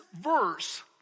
verse